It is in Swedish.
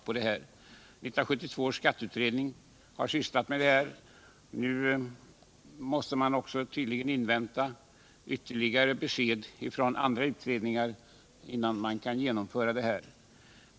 1972 års skatteutredning har sysslat med frågan. Nu måste man tydligen också invänta besked från andra utredningar innan man kan ta ställning.